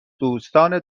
دوستان